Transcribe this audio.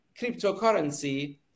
cryptocurrency